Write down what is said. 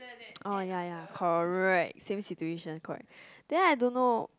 alright ya ya correct same situation then I don't know